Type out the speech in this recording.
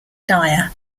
dyer